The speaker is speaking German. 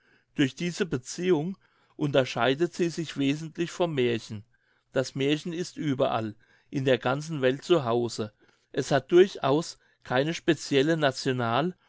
durch diese beziehung unterscheidet sie sich wesentlich vom märchen das märchen ist überall in der ganzen welt zu hause es hat durchaus keine specielle national